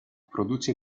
produce